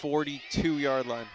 forty two yard line